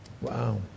Wow